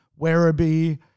Werribee